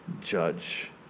judge